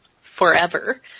forever